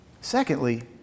Secondly